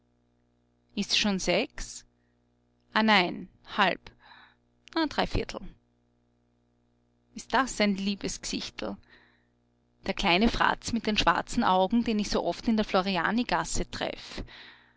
ist's schon sechs ah nein halb dreiviertel ist das ein liebes g'sichtel der kleine fratz mit den schwarzen augen den ich so oft in der florianigasse treff